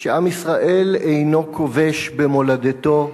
שעם ישראל אינו כובש במולדתו,